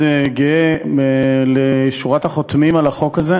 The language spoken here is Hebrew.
אנחנו עוברים להצעת חוק הדיור הציבורי (זכויות רכישה) (תיקון מס' 7)